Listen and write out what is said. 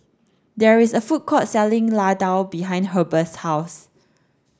there is a food court selling Ladoo behind Heber's house